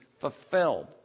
fulfilled